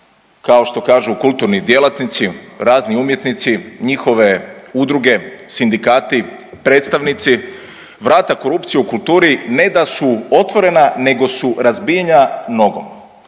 kao što kažu kulturni djelatnici, razni umjetnici, njihove udruge, sindikati, predstavnici vrata korupcije u kulturi ne da su otvorena nego su razbijena nogom